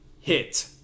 Hit